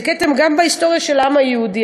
זה כתם גם בהיסטוריה של העם היהודי,